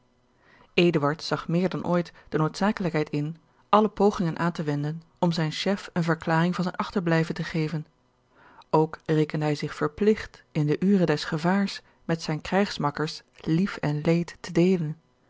zag meer dan ooit de noodzakelijkheid in alle pogingen aan te wenden om zijn chef eene verklaring van zijn achterblijven te geven ook rekende hij zich verpligt in de ure des gevaars met zijne krijgsmakkers lief en leed te deelen